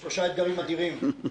יש לנו משבר כלכלי קשה, משבר